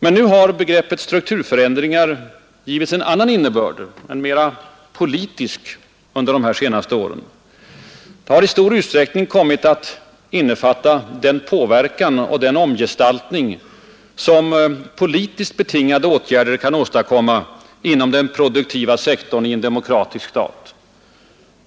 Men nu har begreppet ”strukturförändringar” givits en annan innebörd, en mera politisk, under de senaste åren. Det har i stor utsträckning kommit att innefatta den påverkan och den omgestaltning som politiskt betingade åtgärder kan åstadkomma inom den produktiva sektorn i en demokratisk stat.